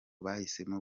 bahisemo